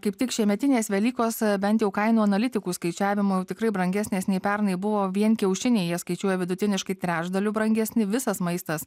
kaip tik šiemetinės velykos bent jau kainų analitikų skaičiavimu jau tikrai brangesnės nei pernai buvo vien kiaušiniai jie skaičiuoja vidutiniškai trečdaliu brangesni visas maistas